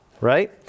right